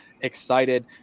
excited